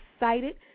excited